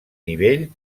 nivell